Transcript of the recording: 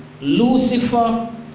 Lucifer